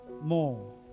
more